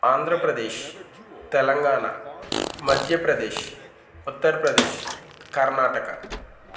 Andhra Pradesh Telangana Madhya Pradesh Uttar Pradesh Karnataka